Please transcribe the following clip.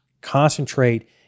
concentrate